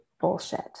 bullshit